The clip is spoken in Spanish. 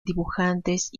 dibujantes